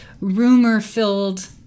rumor-filled